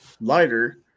lighter